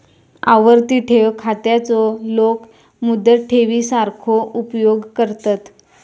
आवर्ती ठेव खात्याचो लोक मुदत ठेवी सारखो उपयोग करतत